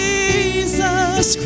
Jesus